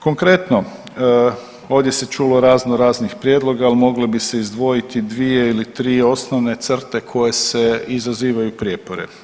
Konkretno, ovdje se čulo raznoraznih prijedloga, ali moglo bi se izdvojiti dvije ili tri osnovne crte koje izazivaju prijepore.